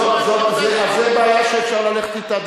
זו בעיה שאפשר ללכת אתה,